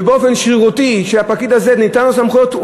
ובאופן שרירותי לפקיד הזה ניתנו סמכויות,